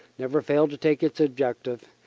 never failed to take its objective,